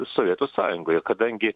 sovietų sąjungoje kadangi